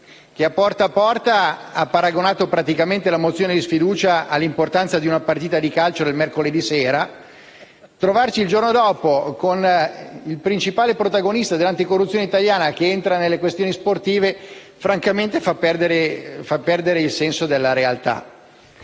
che a «Porta a Porta» ha paragonato l'importanza della mozione di sfiducia a quella di una partita di calcio del mercoledì sera, trovare il giorno dopo il principale protagonista dell'anticorruzione italiana che entra in questioni sportive francamente fa perdere il senso della realtà.